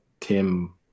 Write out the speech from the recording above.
Tim